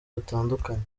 butandukanye